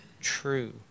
true